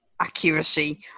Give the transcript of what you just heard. accuracy